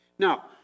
Now